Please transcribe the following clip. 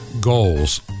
goals